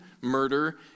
murder